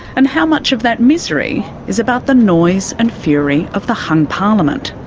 and how much of that misery is about the noise and fury of the hung parliament?